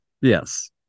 Yes